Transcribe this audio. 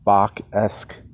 Bach-esque